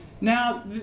Now